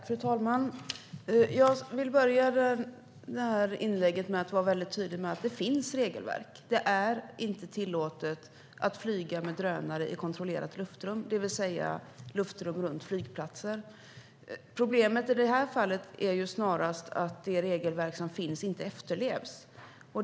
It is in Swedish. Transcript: Fru talman! Jag vill börja inlägget med att vara väldigt tydlig med att det finns regelverk. Det är inte tillåtet att flyga med drönare i kontrollerat luftrum, det vill säga luftrum runt flygplatser. Problemet i det här fallet är snarast att det regelverk som finns inte efterlevs.